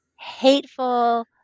hateful